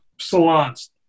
Salons